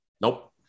Nope